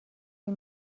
این